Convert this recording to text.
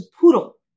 poodle